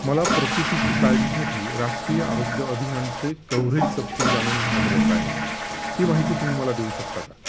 मला प्रसूतीची काळजीसाठी राष्ट्रीय आरोग्य अभियानाचे कव्हरेज तपशील जाणून घेण्यात रस आहे ती माहिती तुम्ही मला देऊ शकता का